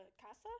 casa